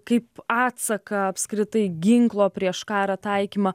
kaip atsaką apskritai ginklo prieš karą taikymą